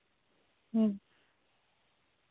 ᱦᱮᱸ